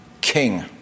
king